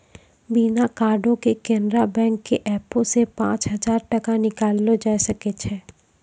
बिना कार्डो के केनरा बैंक के एपो से पांच हजार टका निकाललो जाय सकै छै